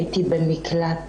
הייתי במקלט